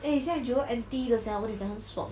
eh 现在 jewel empty 的 sia 我跟你讲很爽爽